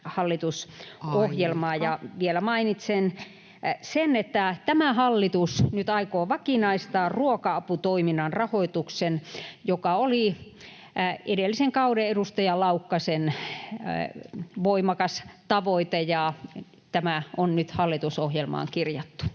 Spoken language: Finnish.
Aika!] Ja vielä mainitsen sen, että tämä hallitus aikoo nyt vakinaistaa ruoka-aputoiminnan rahoituksen, mikä oli edellisen kauden edustajan, Laukkasen, voimakas tavoite, ja tämä on nyt hallitusohjelmaan kirjattu.